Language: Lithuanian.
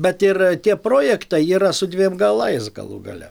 bet ir tie projektai yra su dviem galais galų gale